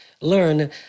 learn